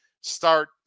start